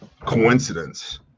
coincidence